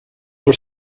were